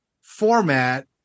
format